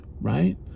right